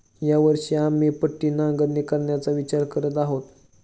या वर्षी आम्ही पट्टी नांगरणी करायचा विचार करत आहोत